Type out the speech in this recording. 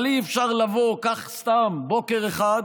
אבל אי-אפשר לבוא כך סתם, בוקר אחד,